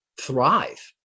thrive